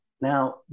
now